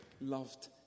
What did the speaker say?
loved